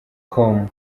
com